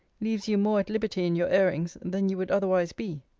leaves you more at liberty in your airings, than you would otherwise be.